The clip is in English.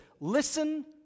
listen